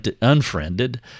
unfriended